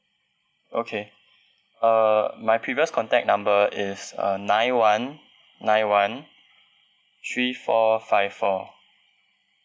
okay uh my previous contact number is uh nine one nine one three four five four